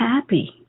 happy